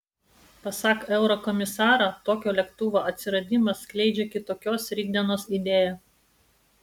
pasak eurokomisaro tokio lėktuvo atsiradimas skleidžia kitokios rytdienos idėją